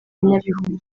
nyabihu